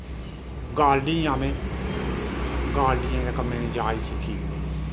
गालडी आं में गालडियें दे कम्मे दी जाच सिक्खी